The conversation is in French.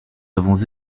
avons